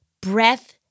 breath